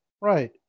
Right